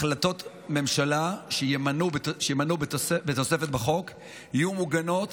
החלטות ממשלה שיימנו בתוספת בחוק יהיו מוגנות